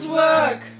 work